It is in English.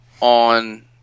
on